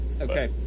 Okay